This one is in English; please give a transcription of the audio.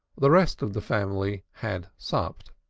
the rest of the family had supped.